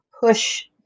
push